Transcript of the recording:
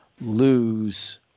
lose